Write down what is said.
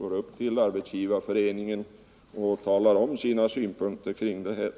upp till Arbetsgivareföreningen och där framlade folkpartiets synpunkter på detta.